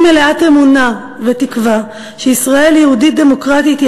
אני מלאת אמונה ותקווה שישראל יהודית-דמוקרטית היא